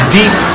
deep